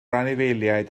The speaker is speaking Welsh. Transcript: anifeiliaid